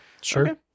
Sure